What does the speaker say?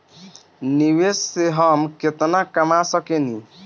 निवेश से हम केतना कमा सकेनी?